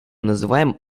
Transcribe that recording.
называем